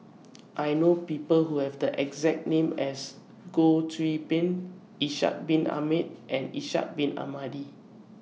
I know People Who Have The exact name as Goh Qiu Bin Ishak Bin Ahmad and Ishak Bin Ahmad